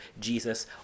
Jesus